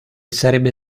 sarebbe